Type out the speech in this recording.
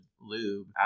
lube